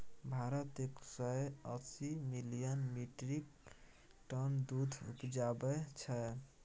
भारत एक सय अस्सी मिलियन मीट्रिक टन दुध उपजाबै छै